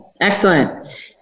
Excellent